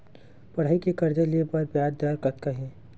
पढ़ई के कर्जा ले बर ब्याज दर कतका हे?